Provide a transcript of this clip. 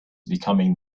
becoming